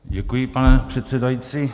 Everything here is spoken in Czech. Děkuji, pane předsedající.